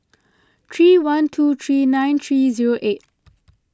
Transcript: three one two three nine three zero eight